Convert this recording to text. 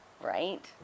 Right